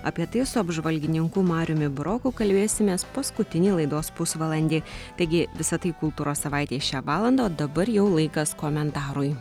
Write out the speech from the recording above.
apie tai su apžvalgininku mariumi buroku kalbėsimės paskutinį laidos pusvalandį taigi visa tai kultūros savaitėj šią valandą o dabar jau laikas komentarui